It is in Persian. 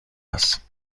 است